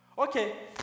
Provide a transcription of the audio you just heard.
Okay